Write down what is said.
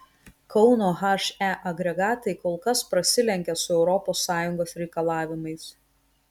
kauno he agregatai kol kas prasilenkia su europos sąjungos reikalavimais